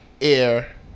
air